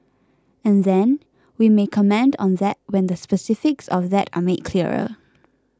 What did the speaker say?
and then we may comment on that when the specifics of that are made clearer